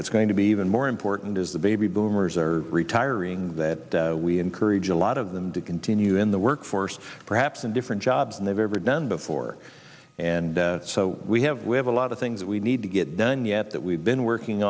it's going to be even more important as the baby boomers are retiring that we encourage a lot of them to continue in the workforce perhaps in different jobs and they've ever done before and so we have we have a lot of things that we need to get done yet that we've been working